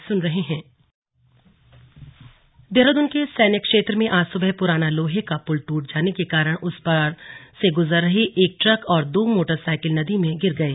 slug पुल टूटा देहरादून के सैन्य क्षेत्र में आज सुबह पुराना लोहे का पुल टूट जाने के कारण उस पर से गुजर रहे एक ट्रक और दो मोटर साइकिल नदी में गिर गए